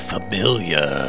Familiar